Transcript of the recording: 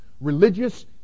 religious